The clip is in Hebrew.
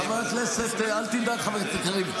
חבר הכנסת, אל תדאג, חבר הכנסת קריב.